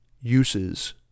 uses